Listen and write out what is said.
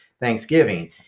Thanksgiving